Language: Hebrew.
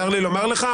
צר לי לומר לך,